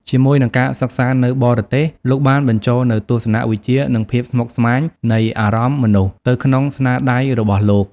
ជាមួយនឹងការសិក្សានៅបរទេស លោកបានបញ្ចូលនូវ ទស្សនៈវិជ្ជា និងភាពស្មុគស្មាញនៃអារម្មណ៍មនុស្ស ទៅក្នុងស្នាដៃរបស់លោក។